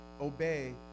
Obey